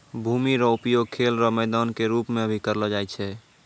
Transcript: भूमि रो उपयोग खेल रो मैदान के रूप मे भी करलो जाय छै